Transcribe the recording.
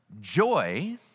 Joy